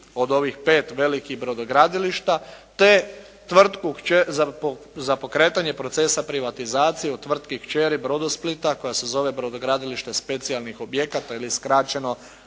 od ovih pet velikih brodogradilišta za pokretanje procesa privatizacije u tvrtki kćeri "Brodosplita" koje se zove brodogradilište specijalnih objekata ili skraćeno